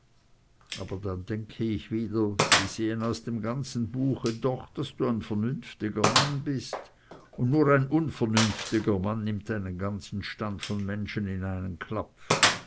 aber dann denke ich wieder sie sehen aus dem ganzen buche doch daß du ein vernünftiger mann bist und nur ein unvernünftiger mann nimmt einen ganzen stand von menschen in einen klapf